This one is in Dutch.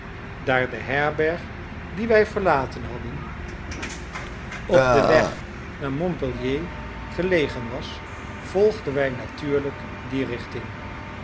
daar de herberg die wij verlaten hadden op den weg naar monpellier gelegen was volgden wij natuurlijk die richting